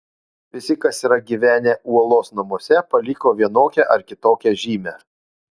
visi kas yra gyvenę uolos namuose paliko vienokią ar kitokią žymę